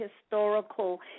historical